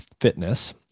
fitness